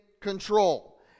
control